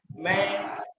Man